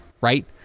right